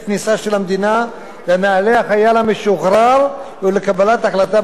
לנעלי החייל המשוחרר וקבלת החלטה בעניין זה במקומו.